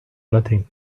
nothing